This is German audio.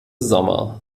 sommer